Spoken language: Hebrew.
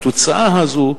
התוצאה הזו,